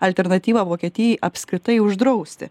alternatyva vokietijai apskritai uždrausti